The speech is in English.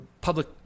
public